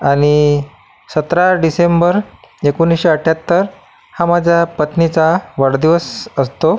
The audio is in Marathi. आणि सतरा डिसेंबर एकोणिसशे अठ्ठ्याहत्तर हा माझ्या पत्नीचा वाढदिवस असतो